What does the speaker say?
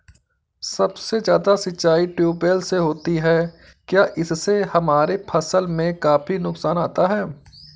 सबसे ज्यादा सिंचाई ट्यूबवेल से होती है क्या इससे हमारे फसल में काफी नुकसान आता है?